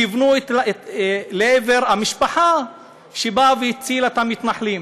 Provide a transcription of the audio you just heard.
כיוונו לעבר המשפחה שהצילה את המתנחלים.